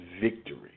victory